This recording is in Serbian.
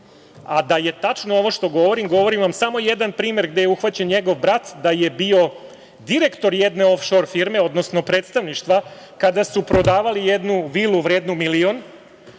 A da je tačno ovo što govorim, govorim vam samo jedan primer gde je uhvaćen njegov brat da je bio direktor jedne ofšor firme, odnosno predsedništva kada su prodavali jednu vilu vrednu milion